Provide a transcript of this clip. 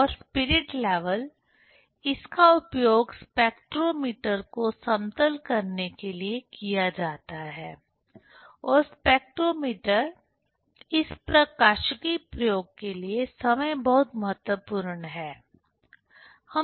और spirit level इसका उपयोग स्पेक्ट्रोमीटर को समतल करने के लिए किया जाता है और स्पेक्ट्रोमीटर इस प्रकाशिकी प्रयोग के लिए स्वयं बहुत महत्वपूर्ण है